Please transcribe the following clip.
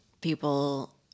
people